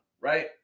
right